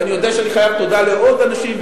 ואני יודע שאני חייב תודה לעוד אנשים,